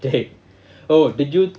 th~ !hey! oh did you